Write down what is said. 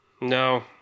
No